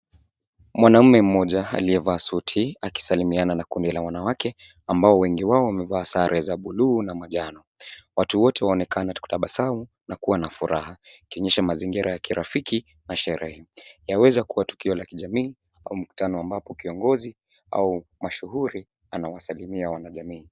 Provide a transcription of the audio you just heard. Mwanaume mmoja aliyevaa suti akisalimiana na kundi la wanawake ambao wengi wao wamevaa sare za buluu na manjano. Watu wote wanaonekana kutabasamu na kuwa na furaha ikionyesha mazingira ya kirafiki na sherehe. Yaweza kuwa tukio la kijamii au mkutano ambapo kiongozi au mashuhuri anawasalimia wanajamii.